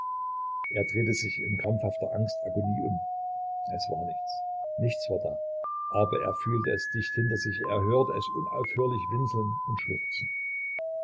er drehte sich in krampfhafter angstagonie um es war nichts nichts war da aber er fühlte es dicht hinter sich er hörte es unaufhörlich winseln und schluchzen